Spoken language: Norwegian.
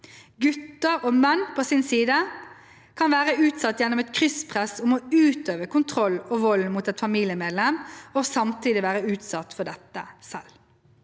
Gutter og menn kan på sin side være utsatt gjennom et krysspress om å utøve kontroll og vold mot et familiemedlem og samtidig være utsatt for dette selv.